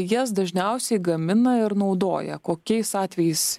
jas dažniausiai gamina ir naudoja kokiais atvejais